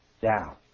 down